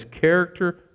character